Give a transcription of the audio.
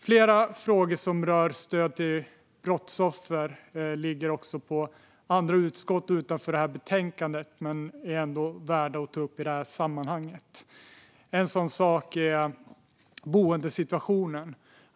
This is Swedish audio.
Flera frågor som rör stöd till brottsoffer ligger också på andra utskott utanför det här betänkandet men är ändå värda att ta upp i det här sammanhanget. En sådan fråga är boendesituationen.